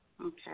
Okay